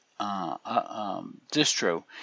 distro